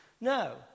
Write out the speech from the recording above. No